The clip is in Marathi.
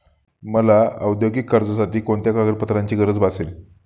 मला औद्योगिक कर्जासाठी कोणत्या कागदपत्रांची गरज भासेल?